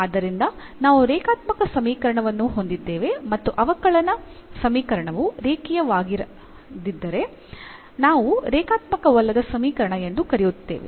ಆದ್ದರಿಂದ ನಾವು ರೇಖಾತ್ಮಕ ಸಮೀಕರಣವನ್ನು ಹೊಂದಿದ್ದೇವೆ ಮತ್ತು ಅವಕಲನ ಸಮೀಕರಣವು ರೇಖೀಯವಾಗಿಲ್ಲದಿದ್ದರೆ ನಾವು ರೇಖಾತ್ಮಕವಲ್ಲದ ಸಮೀಕರಣ ಎಂದು ಕರೆಯುತ್ತೇವೆ